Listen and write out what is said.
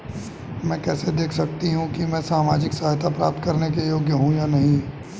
मैं कैसे देख सकती हूँ कि मैं सामाजिक सहायता प्राप्त करने के योग्य हूँ या नहीं?